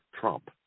Trump